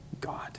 God